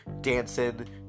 dancing